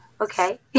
okay